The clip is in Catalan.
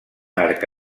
arc